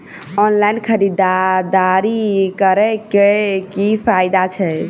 Online खरीददारी करै केँ की फायदा छै?